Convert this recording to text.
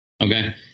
Okay